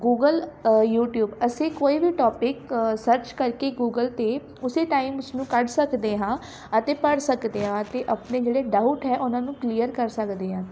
Google ਅ YouTube ਅਸੀਂ ਕੋਈ ਵੀ ਟੋਪਿਕ ਸਰਚ ਕਰਕੇ ਗੂਗਲ 'ਤੇ ਉਸੇ ਟਾਈਮ ਉਸਨੂੰ ਕੱਢ ਸਕਦੇ ਹਾਂ ਅਤੇ ਪੜ੍ਹ ਸਕਦੇ ਹਾਂ ਅਤੇ ਆਪਣੇ ਜਿਹੜੇ ਡਾਊਟ ਹੈ ਉਹਨਾਂ ਨੂੰ ਕਲੀਅਰ ਕਰ ਸਕਦੇ ਹਾਂ